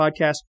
podcast